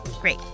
Great